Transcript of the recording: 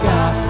God